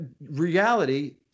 reality